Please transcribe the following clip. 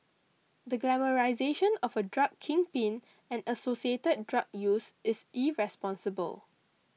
the glamorisation of a drug kingpin and associated drug use is irresponsible